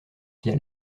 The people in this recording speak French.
via